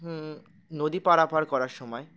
নদী পাড়াপাড় করার সময়